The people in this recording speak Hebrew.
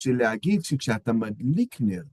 ‫של להגיד שכשאתה מדליק נר.